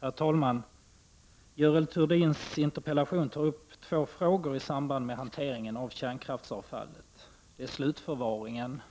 Herr talman! Görel Thurdin tar i sin interpellation upp två frågor i samband med hanteringen av kärnkraftsavfall. Det är slutförvaringen,